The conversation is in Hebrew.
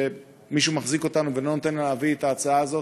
שמישהו מחזיק אותנו ולא נותן לנו להביא את ההצעה הזאת?